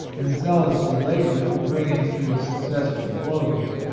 and zeal ously labored to bring it to a suc cessful close.